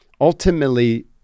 Ultimately